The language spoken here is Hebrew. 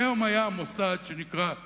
היום הגיע אלינו מוסד בנגב,